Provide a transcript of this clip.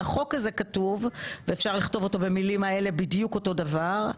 על החוק הזה כתוב ואפשר לכתוב אותו במילים האלה בדיוק אותו דבר,